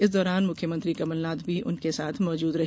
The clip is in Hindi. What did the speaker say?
इस दौरान मुख्यमंत्री कमलनाथ भी उनके साथ मौजूद रहे